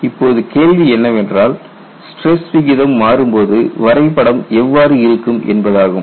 இப்போது கேள்வி என்னவென்றால் ஸ்டிரஸ் விகிதம் மாறும்போது வரைபடம் எவ்வாறு இருக்கும் என்பதாகும்